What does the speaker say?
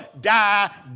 die